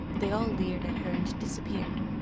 they all leered at her and disappeared.